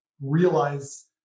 realize